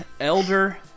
Elder